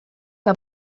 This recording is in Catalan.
que